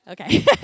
Okay